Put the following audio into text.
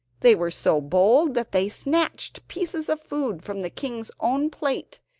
they were so bold that they snatched pieces of food from the king's own plate,